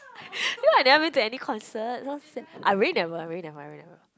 you know I've never been to any concert so sad I really never I really never I really never